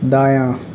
دایاں